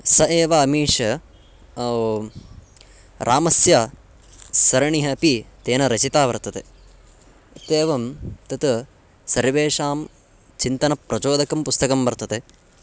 सः एव अमीश् रामस्य सरणिः अपि तेन रचिता वर्तते इत्येवं तत् सर्वेषां चिन्तनप्रचोदकं पुस्तकं वर्तते